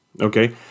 Okay